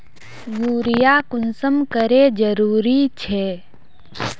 Urea कुंसम करे जरूरी छै?